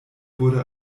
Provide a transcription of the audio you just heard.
wurde